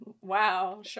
Wow